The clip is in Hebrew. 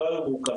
לא היו מורכבים,